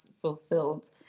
fulfilled